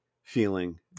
feeling